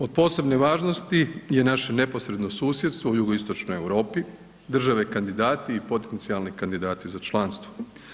Od posebne važnosti je naše neposredno susjedstvo u Jugoistočnoj Europi, države kandidati i potencijalni kandidati za članstvo.